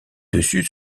dessus